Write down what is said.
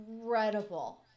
incredible